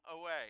away